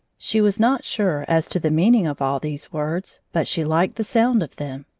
she was not sure as to the meaning of all these words, but she liked the sound of them.